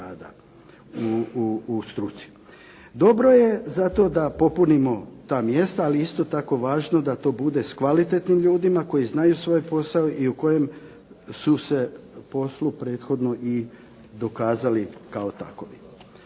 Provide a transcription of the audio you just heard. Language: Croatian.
u struci. Dobro je zato da popunimo ta mjesta, ali je isto tako važno da bude s kvalitetnim ljudima koji znaju svoj posao i u kojem su se poslu prethodno i dokazali kao takovi.